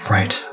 Right